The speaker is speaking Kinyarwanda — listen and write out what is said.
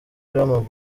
w’umupira